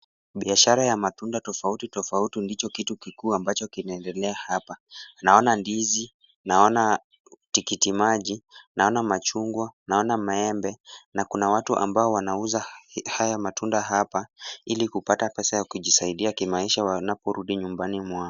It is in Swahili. Biashara ya matunda tofautitofauti ndicho kitu kikuu ambacho kinaendelea hapa. Naona ndizi, naona tikitimaji, naona machungwa, naona maembe na kuna watu ambao wanauza haya matunda hapa, ili kupata pesa ya kujisaidia kimaisha wanaporudi nyumbani kwao.